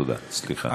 תודה וסליחה.